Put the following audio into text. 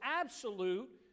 absolute